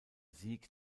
sieg